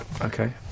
Okay